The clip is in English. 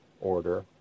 order